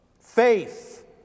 Faith